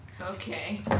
Okay